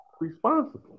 responsible